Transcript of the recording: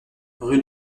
rue